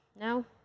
No